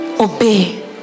Obey